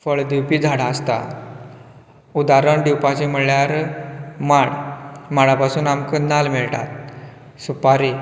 फळ दिवपी झाडां आसता उदारण दिवपाची म्हळ्यार माड माडा पसून आमकां नाल्ल मेळटात सुपारी